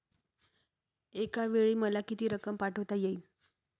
एकावेळी मला किती रक्कम पाठविता येईल?